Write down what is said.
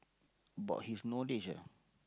about his knowledge ah